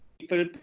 people